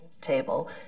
table